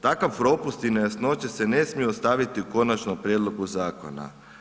Takav propust i nejasnoće se ne smiju ostaviti u konačnom prijedlogu zakona.